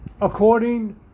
according